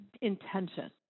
intention